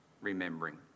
Remembering